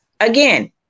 Again